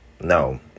no